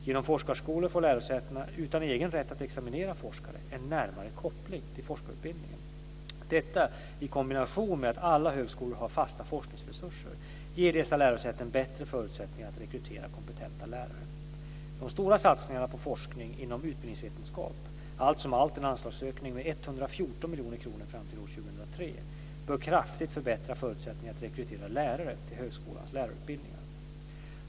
Genom forskarskolorna får lärosäten utan egen rätt att examinera forskare en närmare koppling till forskarutbildningen. Detta, i kombination med att alla högskolor har fasta forskningsresurser, ger dessa lärosäten bättre förutsättningar att rekrytera kompetenta lärare. De stora satsningarna på forskning inom utbildningsvetenskap, allt som allt en anslagsökning med 114 miljoner kronor fram t.o.m. år 2003, bör kraftigt förbättra förutsättningarna att rekrytera lärare till högskolans lärarutbildningar.